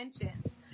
intentions